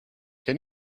can